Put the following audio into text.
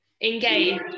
Engage